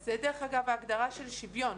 זה, דרך אגב, הגדרה של שוויון.